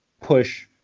push